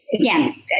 again